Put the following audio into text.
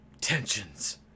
tensions